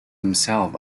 himself